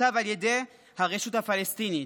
שנכתב על ידי הרשות הפלסטינית.